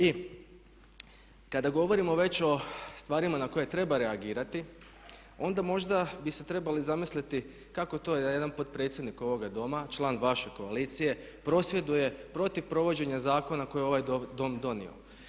I kada govorimo veći o stvarima na koje treba reagirati onda možda bi se trebali zamisliti kako to da jedan potpredsjednik ovoga Doma, član vaše koalicije prosvjeduje protiv provođenja zakona koje je ovaj Dom donio?